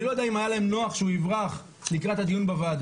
אני לא יודע אם היה להם נוח שהוא יברח לקראת הדיון בוועדה.